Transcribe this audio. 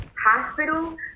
hospital